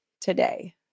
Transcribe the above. today